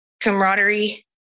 camaraderie